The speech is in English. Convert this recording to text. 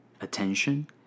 attention